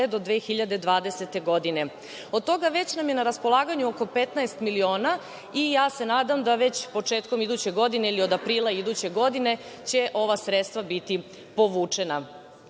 do 2020. godine. Od toga već nam je na raspolaganju oko 15 miliona i ja se nadam da već početkom iduće godine ili od aprila iduće godine će ova sredstva biti povučena.